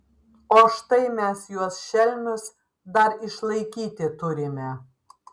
o štai mes juos šelmius dar išlaikyti turime